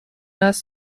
است